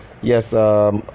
yes